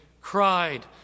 cried